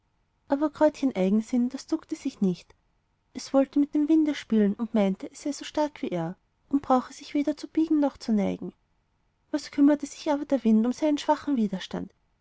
aber kräutchen eigensinn das duckte sich nicht es wollte mit dem winde spielen und meinte es sei so stark wie er und brauche sich weder zu biegen noch zu neigen was kümmerte sich aber der wind um seinen schwachen widerstand